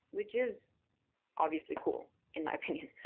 which is obviously cool in my opinion.